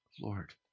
Lord